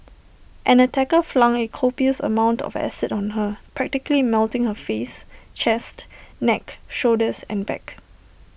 an attacker flung A copious amount of acid on her practically melting her face chest neck shoulders and back